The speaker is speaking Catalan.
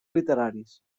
literaris